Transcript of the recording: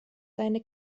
seine